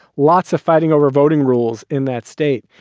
lots of fighting over voting rules in that state.